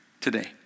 today